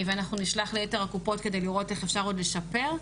ואנחנו נשלח ליתר הקופות כדי לראות איך אפשר עוד לספר,